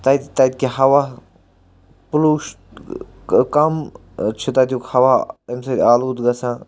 تَتہِ تَتہِ کہِ ہَوا پُلوٗش کَم چھِ تَتیُک ہَوا ییٚمہِ سۭتۍ آلوٗد گژھان